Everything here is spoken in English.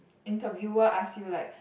interviewer ask you like